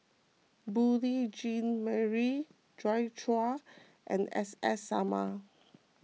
Beurel Jean Marie Joi Chua and S S Sarma